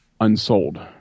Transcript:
unsold